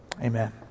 Amen